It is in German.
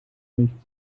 nichts